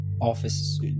office